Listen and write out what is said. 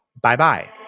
Bye-bye